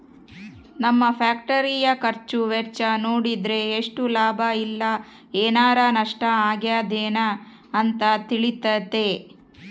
ನಮ್ಮ ಫ್ಯಾಕ್ಟರಿಯ ಖರ್ಚು ವೆಚ್ಚ ನೋಡಿದ್ರೆ ಎಷ್ಟು ಲಾಭ ಇಲ್ಲ ಏನಾರಾ ನಷ್ಟ ಆಗಿದೆನ ಅಂತ ತಿಳಿತತೆ